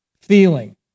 feeling